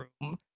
room